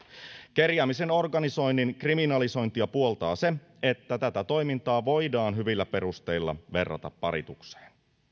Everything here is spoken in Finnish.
kerjäämisen organisoinnin kriminalisointia puoltaa se että tätä toimintaa voidaan hyvillä perusteilla verrata paritukseen